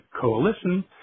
Coalition